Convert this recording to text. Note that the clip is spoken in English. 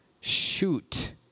Shoot